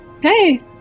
Hey